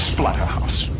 Splatterhouse